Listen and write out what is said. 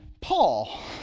Paul